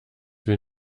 will